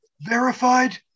verified